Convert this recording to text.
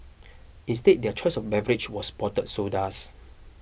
instead their choice of beverage was bottled sodas